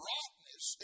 Rottenness